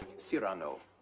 cyrano?